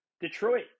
Detroit